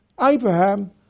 Abraham